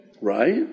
Right